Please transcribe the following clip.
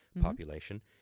population